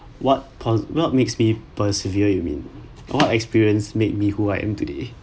what pos what makes me persevere you mean what experience made me who I am today